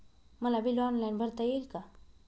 मला bill online भरता येईल का?